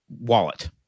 wallet